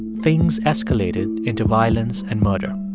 things escalated into violence and murder.